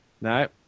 no